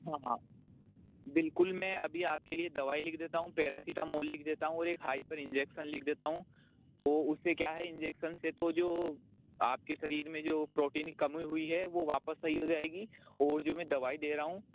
हाँ हाँ बिल्कुल मैं अभी आपके लिए दवाई लिख देता हूँ पेरासिटामोल लिख देता हूँ और एक हाइपर इंजेक्शन लिख देता हूँ तो उससे क्या है इंजेक्शन से तो जो आपके शरीर में जो प्रोटीन की कमी हुई है वो वापस सही हो जाएगी और जो मैं दवाई दे रहा हूँ